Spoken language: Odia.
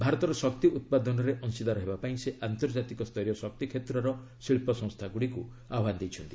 ଭାରତର ଶକ୍ତି ଉତ୍ପାଦନରେ ଅଂଶୀଦାର ହେବାପାଇଁ ସେ ଆନ୍ତର୍ଜାତିକ ସ୍ତରୀୟ ଶକ୍ତିକ୍ଷେତ୍ରର ଶିଳ୍ପସଂସ୍ଥାଗୁଡ଼ିକୁ ଆହ୍ୱାନ ଦେଇଛନ୍ତି